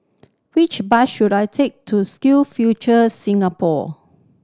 which bus should I take to Skill Future Singapore